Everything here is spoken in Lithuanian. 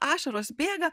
ašaros bėga